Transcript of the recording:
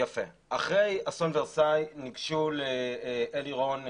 אחרי אסון ורסאי נגשו לאלי רון,